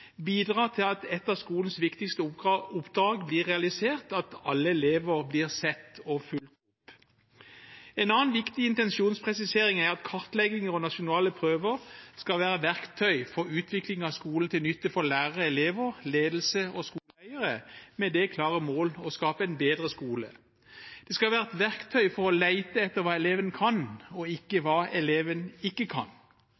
til at et av skolens viktigste oppdrag blir realisert: at alle elever blir sett og fulgt opp. En annen viktig intensjon og presisering er at kartlegginger og nasjonale prøver skal være verktøy for utvikling av skolen til nytte for lærere, elever, ledelse og skoleeiere, med det klare mål å skape en bedre skole. Det skal være et verktøy for å lete etter hva eleven kan, og ikke